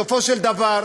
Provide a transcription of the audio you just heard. בסופו של דבר,